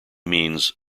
means